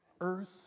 earth